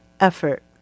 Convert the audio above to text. effort